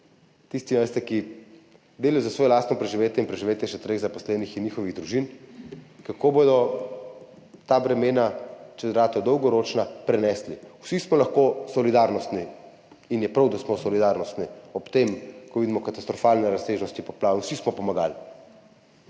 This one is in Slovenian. veste, ki delajo za svoje lastno preživetje in preživetje še treh zaposlenih in njihovih družin, kako bodo ta bremena, če postanejo dolgoročna, prenesli. Vsi smo lahko solidarnostni in je prav, da smo solidarnostni ob tem, ko vidimo katastrofalne razsežnosti poplav, in vsi smo pomagali,